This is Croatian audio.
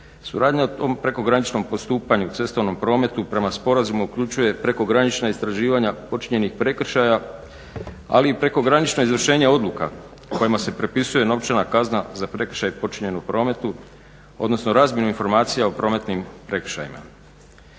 suradnja u prekograničnom postupanju u cestovnom prometu prema sporazumu uključuje prekogranična istraživanja počinjenih prekršaja ali i prekogranično izvršenje odluka kojima se propisuje novčana kazna za prekršaje počinjene u prometu odnosno razmjenu informacija o prometnim prekršajima.